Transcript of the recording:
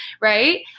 right